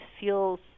feels